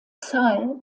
zahl